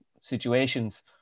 situations